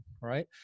right